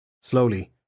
Slowly